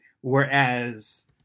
Whereas